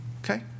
okay